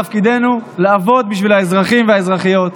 תפקידנו לעבוד בשביל האזרחים והאזרחיות,